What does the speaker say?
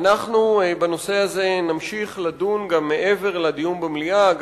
בנושא הזה נמשיך לדון גם מעבר לדיון במליאה.